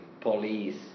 police